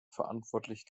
verantwortlich